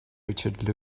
richard